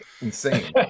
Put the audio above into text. Insane